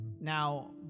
now